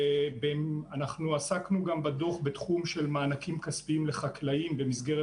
אנחנו עסקנו בדוח גם בתחום של מענקים כספיים לחקלאים במסגרת